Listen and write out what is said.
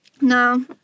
No